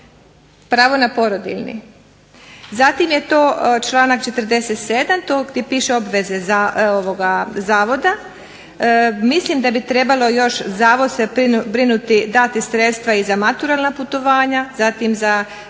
pravo na porodiljni. Zatim je to članak 47. to ovo gdje piše obveze zavoda. Mislim da bi trebalo još zavod se brinuti i dati sredstva i za maturalna putovanja zatim i